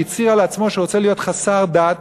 שהצהיר על עצמו שהוא רוצה להיות חסר דת,